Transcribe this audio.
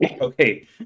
Okay